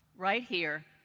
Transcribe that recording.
right here,